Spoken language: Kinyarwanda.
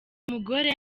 mugore